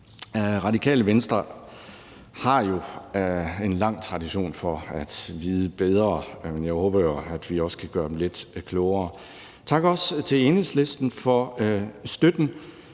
Radikale Venstre har jo en lang tradition for at vide bedre, men jeg håber, at vi også kan gøre dem lidt klogere. Også tak til Enhedslisten for støtten